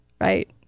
right